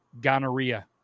Gonorrhea